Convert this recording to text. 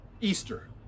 easter